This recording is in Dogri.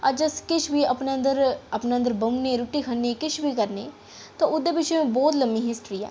अज्ज अस किश बी अपने अंदर अपने अंदर बौह्न्ने रुट्टी खन्ने किश बी करने तां ओह्दे पिच्छें बहुत लम्मी हिस्ट्री ऐ